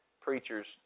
preachers